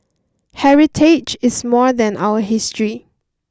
heritage is more than our history